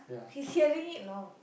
he's hearing it know